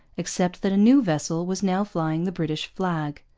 except that a new vessel was now flying the british flag.